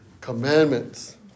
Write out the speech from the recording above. commandments